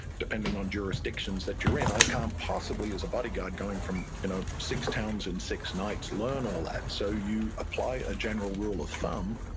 depending on jurisdictions that you're in. i can't possibly, as a bodyguard going from ah six towns in six nights, learn all that, so you apply a general rule of thumb,